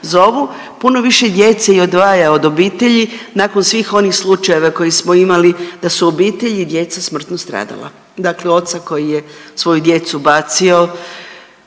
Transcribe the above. zovu, puno više djece odvaja od obitelji nakon svih onih slučajeva koji smo imali da su obitelji djece smrtno stradala. Dakle oca koji je svoju djecu bacio,